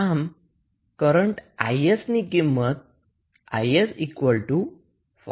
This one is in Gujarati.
જે Req 2 4 || 6 12 15 દ્વારા મળશે